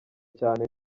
cyane